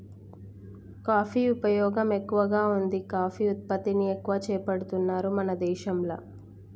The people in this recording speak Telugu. కాఫీ ఉపయోగం ఎక్కువగా వుంది కాఫీ ఉత్పత్తిని ఎక్కువ చేపడుతున్నారు మన దేశంల